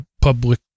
public